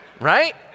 Right